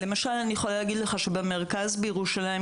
למשל אני יכולה להגיד לך שבמרכז בירושלים,